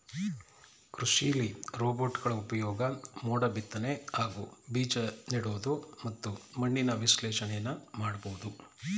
ಕೃಷಿಲಿ ರೋಬೋಟ್ಗಳ ಉಪ್ಯೋಗ ಮೋಡ ಬಿತ್ನೆ ಹಾಗೂ ಬೀಜನೆಡೋದು ಮತ್ತು ಮಣ್ಣಿನ ವಿಶ್ಲೇಷಣೆನ ಮಾಡ್ಬೋದು